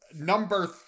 number